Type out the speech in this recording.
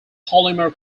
polymer